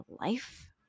life